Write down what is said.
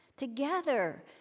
Together